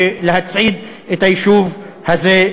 ולהצעיד את היישוב הזה,